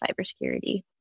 cybersecurity